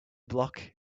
block